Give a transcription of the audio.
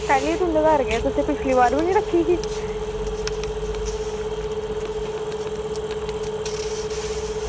कल्ल बी तुंदे घर गे हे ते तुसें पिच्छली बारी बी रक्खी ही